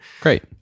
Great